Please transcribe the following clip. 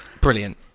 Brilliant